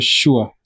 sure